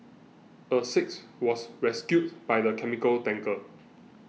a sixth was rescued by the chemical tanker